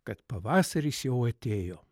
kad pavasaris jau atėjo